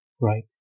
right